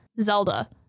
Zelda